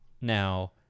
Now